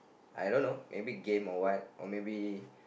I don't know maybe game or what or maybe